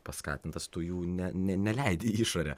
paskatintas tu jų ne neleidi į išorę